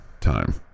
time